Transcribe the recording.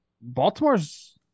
Baltimore's